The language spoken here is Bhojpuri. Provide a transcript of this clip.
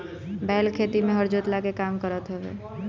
बैल खेती में हर जोतला के काम करत हवे